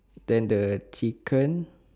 then the chicken